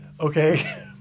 Okay